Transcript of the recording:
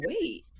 wait